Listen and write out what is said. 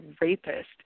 rapist